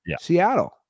Seattle